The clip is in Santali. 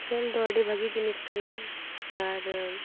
ᱠᱷᱮᱞ ᱫᱚ ᱟᱹᱰᱤ ᱵᱷᱟᱹᱜᱤ ᱡᱤᱱᱤᱥ ᱠᱟᱱᱟ ᱟᱨ